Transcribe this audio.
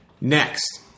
Next